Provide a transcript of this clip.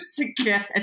again